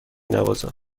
نوازم